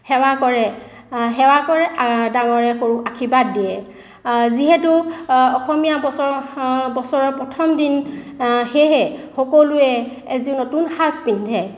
সেৱা কৰে সেৱা কৰে ডাঙৰে সৰুক আশীৰ্বাদ দিয়ে যিহেতু অসমীয়া বছৰৰ বছৰৰ প্ৰথম দিন সেয়েহে সকলোৱে এযোৰ নতুন সাজ পিন্ধে